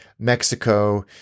Mexico